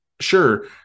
sure